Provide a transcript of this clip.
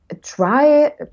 try –